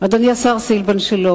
אדוני השר סילבן שלום,